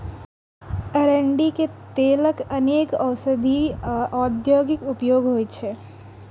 अरंडीक तेलक अनेक औषधीय आ औद्योगिक उपयोग होइ छै